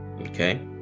Okay